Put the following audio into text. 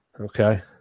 Okay